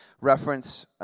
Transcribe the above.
reference